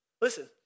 Listen